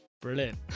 brilliant